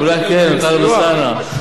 אולי, כן, מטלב אלסאנע.